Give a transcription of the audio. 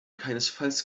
keinesfalls